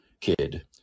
kid